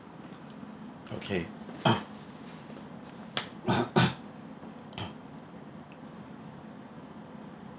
okay